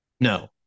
No